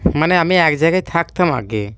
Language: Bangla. মানে আমি এক জায়গায় থাকতাম আগে